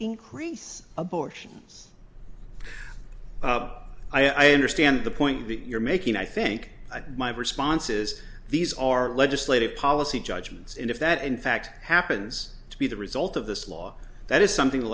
increase abortions i understand the point that you're making i think i've got my response is these are legislative policy judgments and if that in fact happens to be the result of this law that is something the